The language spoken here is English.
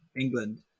England